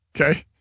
Okay